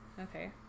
Okay